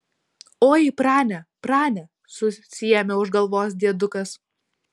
oi prane prane susiėmė už galvos diedukas